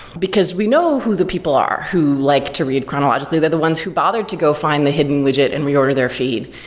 because we know who the people are who like to read chronologically. they're the ones who bothered to go find the hidden widget and reorder their feed.